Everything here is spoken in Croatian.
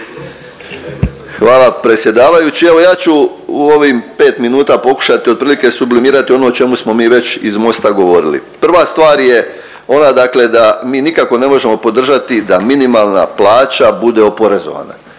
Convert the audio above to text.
Hvala predsjedavajući. Evo, ja ću u ovim 5 minuta pokušati otprilike sublimirati ono o čemu smo mi već iz Mosta govorili. Prva stvar je ona dakle da mi nikako ne možemo podržati da minimalna plaća bude oporezovana.